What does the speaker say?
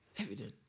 Evident